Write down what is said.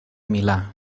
milà